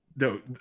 no